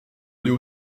aller